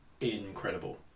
incredible